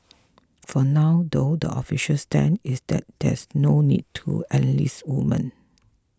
for now though the official stand is that there's no need to enlist women